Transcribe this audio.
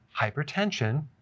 hypertension